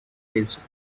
his